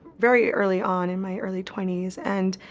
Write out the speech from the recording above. very early on, in my early twenties. and